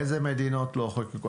איזה מדינות לא חוקקו?